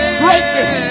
greatness